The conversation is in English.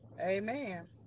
Amen